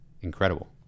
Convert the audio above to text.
Incredible